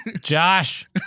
Josh